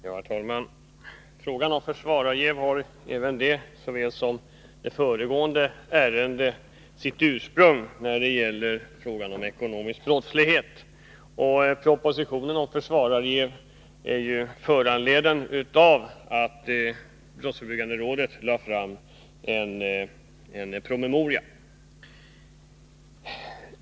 Herr talman! Frågan om försvararjäv har liksom det föregående ärendet sitt ursprung i den ekonomiska brottsligheten. Propositionen om försvararjäv har föranletts av att brottsförebyggande rådet har lagt fram en promemoria.